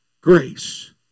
Grace